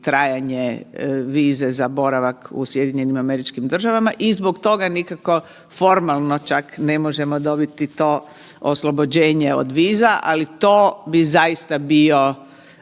trajanje vize za boravak u SAD-u i zbog toga nikako formalno čak ne možemo dobiti to oslobođenje od viza, ali to bi zaista bio